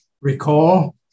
recall